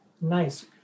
Nice